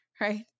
right